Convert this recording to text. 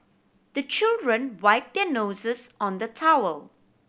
the children wipe their noses on the towel